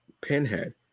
pinhead